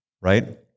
right